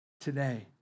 Today